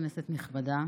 כנסת נכבדה,